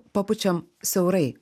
papučiam siaurai